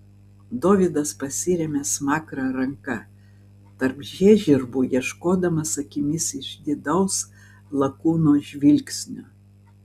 dovydas pasiremia smakrą ranka tarp žiežirbų ieškodamas akimis išdidaus lakūno žvilgsnio